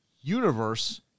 universe